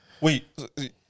Wait